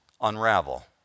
unravel